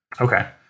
Okay